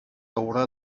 haurà